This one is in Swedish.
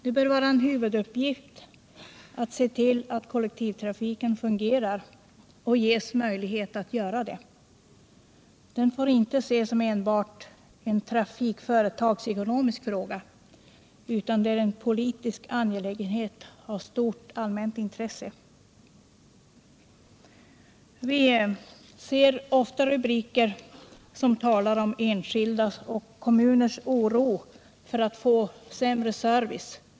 Det bör vara en huvuduppgift att se till att kollektivtrafiken fungerar och ges möjlighet att göra det. Frågan får inte ses enbart ur trafikföretagsekonomisk synvinkel, utan kollektivtrafiken är en politisk angelägenhet av stort allmänintresse. Vi ser ofta rubriker som talar om enskildas och kommuners oro för att få sämre service.